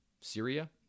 Syria